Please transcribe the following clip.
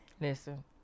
listen